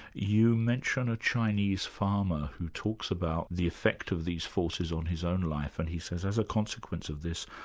you mention a chinese farmer who talks about the effect of these forces on his own life, and he says as a consequence of this,